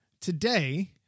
Today